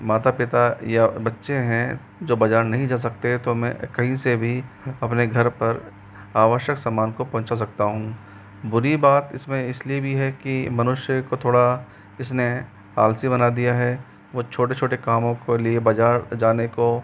माता पिता या बच्चें हैं जो बाज़ार नहीं जा सकते हैं तो मैं कहीं से भी अपने घर पर आवश्यक समान को पहुंचा सकता हूँ बुरी बात इस में इस लिए भी है कि मनुष्य को थोड़ा इस ने आलसी बना दिया है वो छोटे छोटे कामों के लिए बाज़ार जाने को